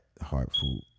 heartful